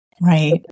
Right